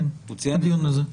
הוא ציין את זה.